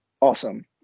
awesome